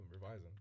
revising